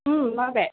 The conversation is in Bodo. माबे